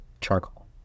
Charcoal